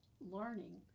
learning